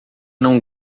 não